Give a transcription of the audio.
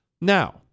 Now